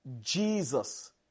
Jesus